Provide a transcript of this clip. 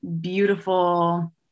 beautiful